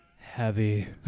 Heavy